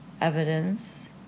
evidence